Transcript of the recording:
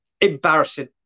embarrassing